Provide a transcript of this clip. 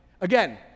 Again